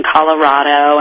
Colorado